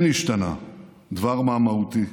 כן השתנה דבר מה מהותי.